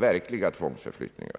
verkliga tvångsförflyttningar.